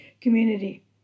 community